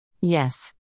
Yes